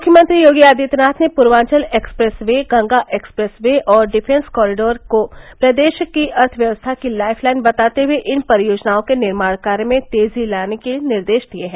मुख्यमंत्री योगी आदित्यनाथ ने Purvanchal expressway Ganga expressway और डिफेंस कॉरिडोर को प्रदेश की अर्थव्यवस्था की लाइफ लाइन बताते हुए इन परियोजनाओं के निर्माण कार्य में तेजी लाने के निर्देश दिए हैं